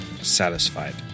satisfied